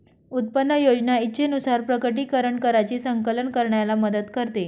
उत्पन्न योजना इच्छेनुसार प्रकटीकरण कराची संकलन करण्याला मदत करते